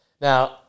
Now